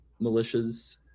militias